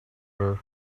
her